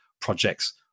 projects